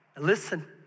Listen